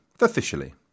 officially